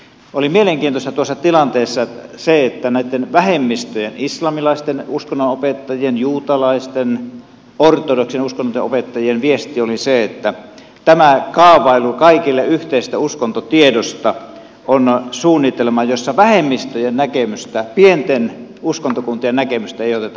oli mielenkiintoista tuossa tilanteessa se että näitten vähemmistöjen islamilaisten uskonnonopettajien juutalaisten ortodoksien uskonnonopettajien viesti oli se että tämä kaavailu kaikille yhteisestä uskontotiedosta on suunnitelma jossa vähemmistöjen näkemystä pienten uskontokuntien näkemystä ei oteta huomioon